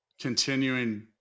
continuing